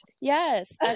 Yes